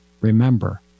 remember